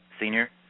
senior